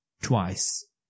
twice